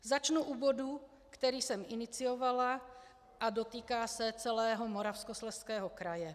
Začnu u bodu, který jsem iniciovala a dotýká se celého Moravskoslezského kraje.